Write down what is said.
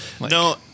No